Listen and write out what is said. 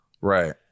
right